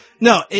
No